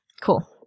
cool